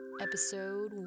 episode